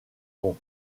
bon